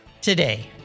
today